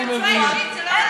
אני מבין.